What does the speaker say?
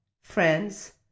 friends